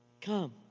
Come